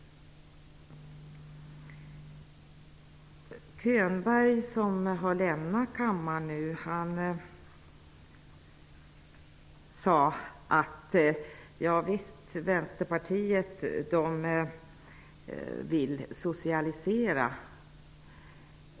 Bo Könberg, som har lämnat kammaren nu, sade att Vänsterpartiet vill socialisera.